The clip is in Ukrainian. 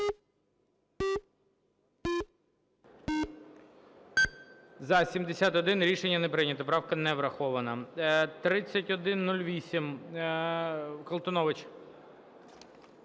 За-71 Рішення не прийнято. Правка не врахована. 3108. Колтунович.